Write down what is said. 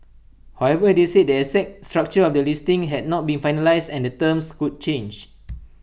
however they said their exact structure of the listing had not been finalised and the terms could change